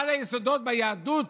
אחד היסודות ביהדות